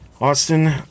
Austin